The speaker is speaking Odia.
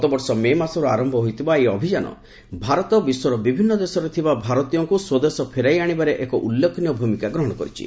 ଗତବର୍ଷ ମେ ମାସରୁ ଆରନ୍ଭ ହୋଇଥିବା ଏହି ଅଭିଯାନ ଭାରତ ବିଶ୍ୱର ବିଭିନ୍ନ ଦେଶରେ ଥିବା ଭାରତୀୟଙ୍କୁ ସ୍ୱଦେଶ ଫେରାଇ ଆଣିବାରେ ଏକ ଉଲ୍ଲେଖନୀୟ ଭ୍ରମିକା ଗ୍ରହଣ କରିଛି